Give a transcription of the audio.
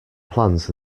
plans